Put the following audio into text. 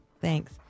Thanks